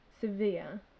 severe